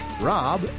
Rob